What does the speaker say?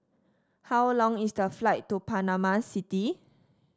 how long is the flight to Panama City